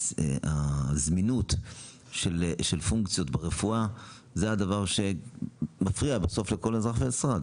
הזמינות של פונקציות ברפואה זה הדבר שמפריע בסוף לכל אזרח ואזרח.